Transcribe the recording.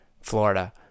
Florida